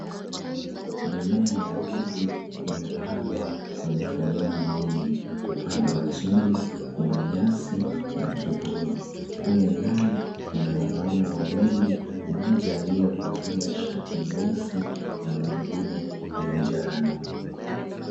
Mimea ya ndizi imepandwa kwenye foleni nyingi. Upande wa chini kuna nyasi na kivuli. Kule ndani kuna wanaume wawili, mmoja aliyevalia shati nyeusi na mwingine ya njano.